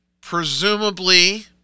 Presumably